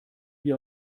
wie